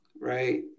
right